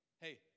Hey